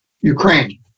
Ukraine